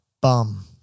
bum